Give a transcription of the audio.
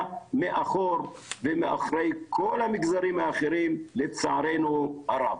מאחור ומאחורי כל המגזרים האחרים לצערנו הרב.